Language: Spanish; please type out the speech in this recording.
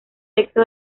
texto